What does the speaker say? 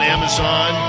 Amazon